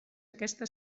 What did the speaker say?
aquesta